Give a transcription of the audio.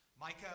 Micah